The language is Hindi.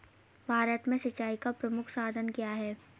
भारत में सिंचाई का प्रमुख साधन क्या है?